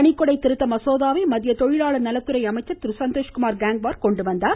பணிக்கொடை திருத்த மசோதாவை மத்திய தொழிலாளர் நலத்துறை அமைச்சர் திரு சந்தோஷ்குமார் கேங்வார் கொண்டுவந்தார்